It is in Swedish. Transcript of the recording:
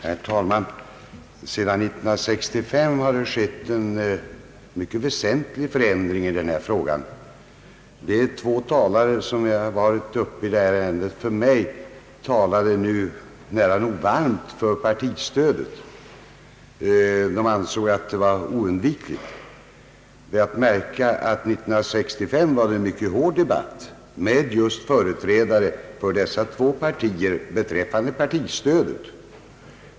Herr talman! Sedan 1965 har det skett en mycket väsentlig förändring i denna fråga. Två talare har nu varit uppe i detta ärende före mig och talat nära nog varmt för partistödet och ansett att stödet är oumbärligt. Det är att märka att 1965 förekom en mycket hård debatt beträffande partistödet med just företrädare för de två partier som dessa talare representerar.